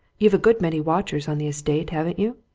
you've a good many watchers on the estate, haven't you?